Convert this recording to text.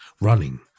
running